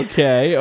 Okay